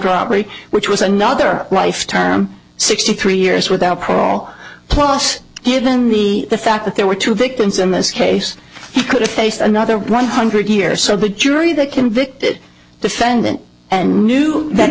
robbery which was another life term sixty three years without paul plus given the fact that there were two victims in this case he could have faced another one hundred years so the jury that convicted defendant and knew that